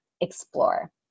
explore